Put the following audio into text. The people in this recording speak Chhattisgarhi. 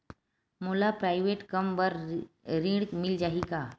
मोर प्राइवेट कम बर ऋण मिल जाही का?